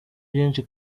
byinshi